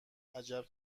عجب